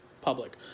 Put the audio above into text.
public